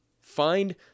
Find